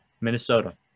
Minnesota